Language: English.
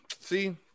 see